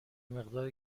مقدار